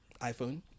iPhone